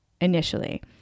initially